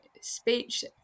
speech